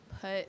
put